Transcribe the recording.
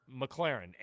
McLaren